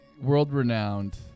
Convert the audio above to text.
world-renowned